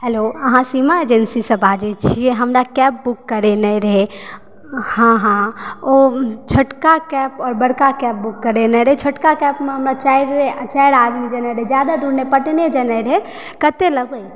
hello अहाँ सीमा एजेन्सीसँ बाजय छी हमरा कैब बुक करेनाइ रहय हँ हँ ओ छोटका कैब आओर बड़का कैब बुक करेनाइ रहय छोटका कैबमे हमरा चारिए चारि आदमी जेनाइ रहय जादा दूर नहि पटने जेनाइ रहय कतय लेबय